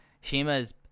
Shima's